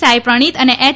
સાઈપ્રણીત અને એચ